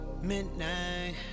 Midnight